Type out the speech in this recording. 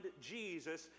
Jesus